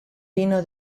vino